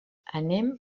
anem